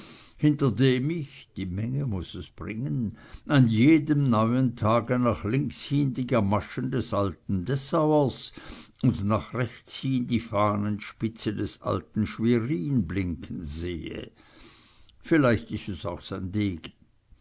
hinter dem ich die menge muß es bringen an jedem neuen tage nach links hin die gamaschen des alten dessauers und nach rechts hin die fahnenspitze des alten schwerin blinken sehe vielleicht ist es auch sein